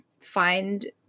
find